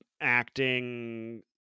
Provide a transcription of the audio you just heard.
acting